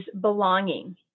belonging